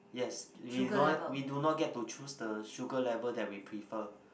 yes we do not we do not get to choose the sugar level that we prefer